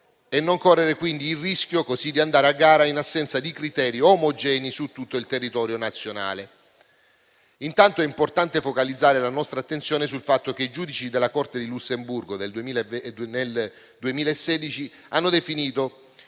e non correre quindi il rischio di andare a gara in assenza di criteri omogenei su tutto il territorio nazionale. Intanto è importante focalizzare la nostra attenzione sul fatto che i giudici della Corte di Lussemburgo nel 2016 hanno definito,